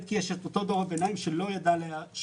כי יש את אותו דור הביניים שלא ידע להיערך.